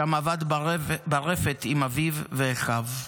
שם עבד ברפת עם אביו ואחיו.